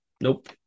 nope